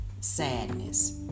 Sadness